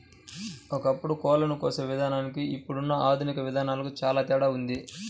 ఒకప్పుడు కోళ్ళను కోసే విధానానికి ఇప్పుడున్న ఆధునిక విధానాలకు చానా తేడా ఉంది